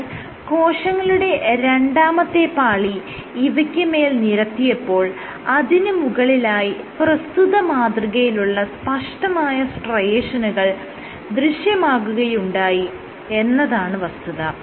എന്നാൽ കോശങ്ങളുടെ രണ്ടാമത്തെ പാളി ഇവയ്ക്ക് മേൽ നിരത്തിയപ്പോൾ അതിന് മുകളിലായി പ്രസ്തുത മാതൃകയിലുള്ള സ്പഷ്ടമായ സ്ട്രയേഷനുകൾ ദൃശ്യമാകുകയുണ്ടായി എന്നതാണ് വസ്തുത